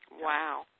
Wow